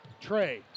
Trey